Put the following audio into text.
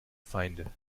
feinde